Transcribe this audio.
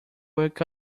wake